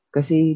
Kasi